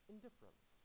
indifference